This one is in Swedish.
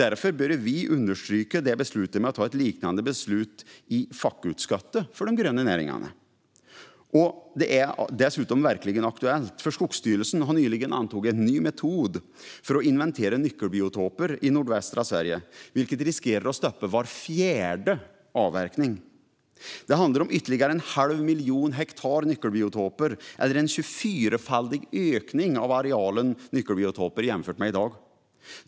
Därför bör vi understryka det beslutet genom att ta ett liknande beslut i fackutskottet för de gröna näringarna. Detta är dessutom verkligen aktuellt. Skogsstyrelsen har nämligen nyligen antagit en ny metod för att inventera nyckelbiotoper i nordvästra Sverige, vilket riskerar att stoppa var fjärde avverkning. Det handlar om ytterligare en halv miljon hektar nyckelbiotoper, eller en tjugofyrafaldig ökning av arealen nyckelbiotoper jämfört med i dag.